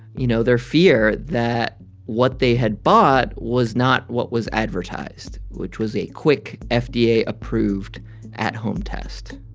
you know, their fear that what they had bought was not what was advertised, which was a quick, ah fda-approved, at-home test